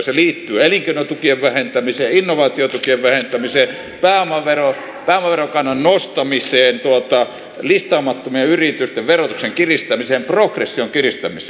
se liittyy elinkeinotukien vähentämiseen innovaatiotukien vähentämiseen pääomaverokannan nostamiseen listaamattomien yritysten verotuksen kiristämiseen progression kiristämiseen